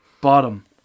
bottom